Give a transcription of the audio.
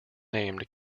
named